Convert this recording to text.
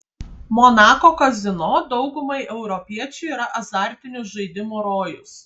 monako kazino daugumai europiečių yra azartinių žaidimų rojus